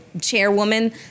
chairwoman